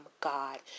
God